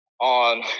on